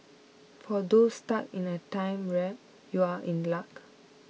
for those stuck in a time warp you are in luck